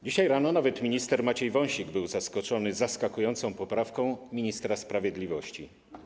Dzisiaj rano nawet minister Maciej Wąsik był zaskoczony zaskakującą poprawką ministra sprawiedliwości.